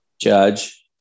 Judge